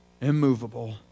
immovable